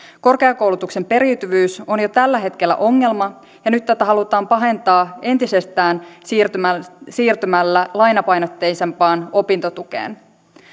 korkeakoulutuksen periytyvyys on jo tällä hetkellä ongelma ja nyt tätä halutaan pahentaa entisestään siirtymällä siirtymällä lainapainotteisempaan opintotukeen